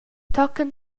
tochen